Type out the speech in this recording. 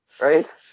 Right